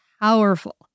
powerful